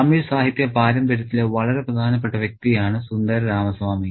തമിഴ് സാഹിത്യ പാരമ്പര്യത്തിലെ വളരെ പ്രധാനപ്പെട്ട വ്യക്തിയാണ് സുന്ദര രാമസ്വാമി